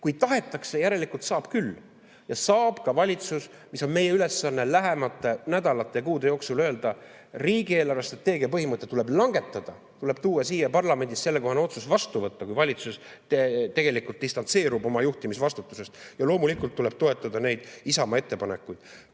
Kui tahetakse, järelikult saab küll. Ja saab ka valitsus. Mis on meie ülesanne lähemate nädalate ja kuude jooksul? Öelda: riigi eelarvestrateegia põhimõte tuleb langetada. See tuleb tuua siia parlamenti ja sellekohane otsus vastu võtta, kui valitsus tegelikult distantseerub oma juhtimisvastutusest. Ja loomulikult tuleb toetada Isamaa ettepanekuid. Kõrgstiilis